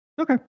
Okay